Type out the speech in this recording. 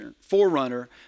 forerunner